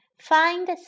Find